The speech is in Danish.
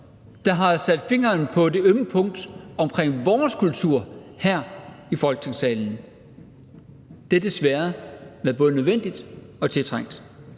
der har sat fingeren på det ømme punkt omkring vores kultur, her i Folketingssalen. Det har desværre været både nødvendigt og tiltrængt.